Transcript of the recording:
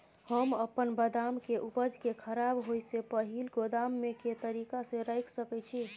हम अपन बदाम के उपज के खराब होय से पहिल गोदाम में के तरीका से रैख सके छी?